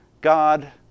god